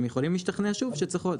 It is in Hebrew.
הם יכולים להשתכנע שוב שצריך עוד.